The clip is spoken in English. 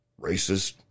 racist